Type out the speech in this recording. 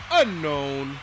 unknown